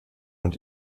und